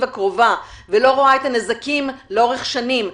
הקרובה ולא רואה את הנזקים לאורך שנים.